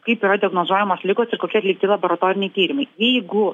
kaip yra diagnozuojamos ligos ir kokie atlikti laboratoriniai tyrimai jeigu